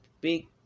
big